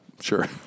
sure